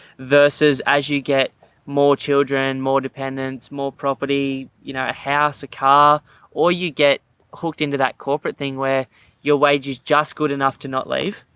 this is, as you get more children, more dependence, more property, you know, a house, a car or you get hooked into that corporate thing where your wages just good enough to not leave.